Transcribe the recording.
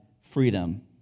freedom